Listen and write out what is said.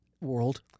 world